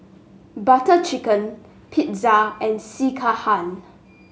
Butter Chicken Pizza and Sekihan